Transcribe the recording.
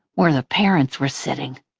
where the parents were sitting.